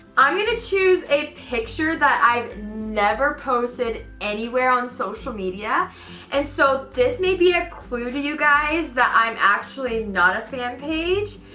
i'm gonna choose a picture that i've never posted anywhere on social media and so this may be a clue to you guys that i'm actually not a fan page.